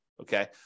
Okay